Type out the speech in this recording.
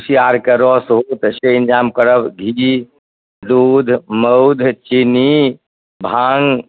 कुशिआरके रस हो तऽ से इन्तजाम करब घी दूध मौध चीनी भाँग